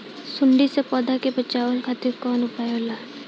सुंडी से पौधा के बचावल खातिर कौन उपाय होला?